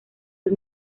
sus